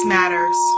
matters